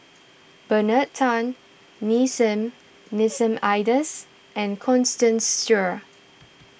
Bernard Tan Nissim Nassim Adis and Constance Sheares